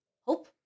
hope